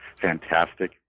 fantastic